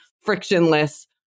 frictionless